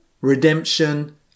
redemption